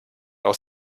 aus